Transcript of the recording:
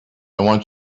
want